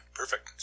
perfect